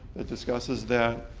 that discusses that.